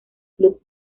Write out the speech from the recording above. club